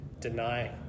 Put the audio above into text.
deny